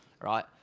right